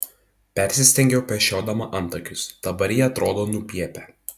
persistengiau pešiodama antakius dabar jie atrodo nupiepę